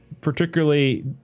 particularly